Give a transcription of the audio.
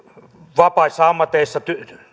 vapaissa ammateissa